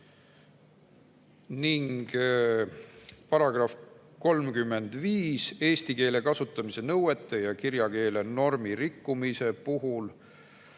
Ning [muutnud] § 35: eesti keele kasutamise nõuete ja kirjakeele normi rikkumise puhul